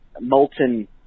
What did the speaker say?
molten